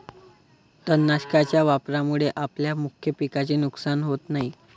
तणनाशकाच्या वापरामुळे आपल्या मुख्य पिकाचे नुकसान होत नाही